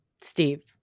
Steve